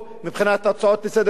מבחינת הצעות לסדר-יום,